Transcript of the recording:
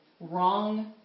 wrong